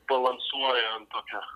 balansuoja ant tokio